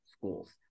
schools